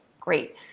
Great